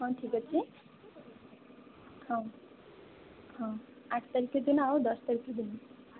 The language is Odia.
ହଁ ଠିକ ଅଛି ହଁ ହଁ ଆଠ ତାରିଖ ଦିନ ଆଉ ଦଶ ତାରିଖ ଦିନ